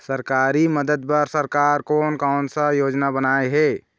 सरकारी मदद बर सरकार कोन कौन सा योजना बनाए हे?